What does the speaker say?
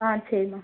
ஆ சரிம்மா